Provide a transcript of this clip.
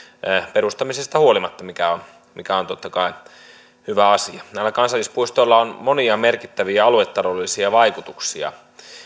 perustamisesta huolimatta mikä on mikä on totta kai hyvä asia näillä kansallispuistoilla on monia merkittäviä aluetaloudellisia vaikutuksia